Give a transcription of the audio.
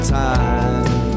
time